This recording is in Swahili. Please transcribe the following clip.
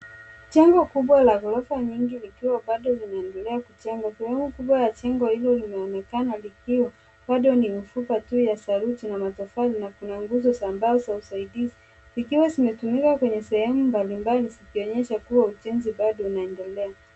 Jengo kubwa la ghorofa nyingi likiwa bado linaendelea kujengwa. Sehemu kubwa ya jengo hilo linaonekana likiwa bado ni mifupa tu ya saruji na matofali na kuna nguzo za mbao za usaidizi, zikiwa zimetumika kwenye sehemu mbalimbali, zikionyesha ujenzi bado unaendelea.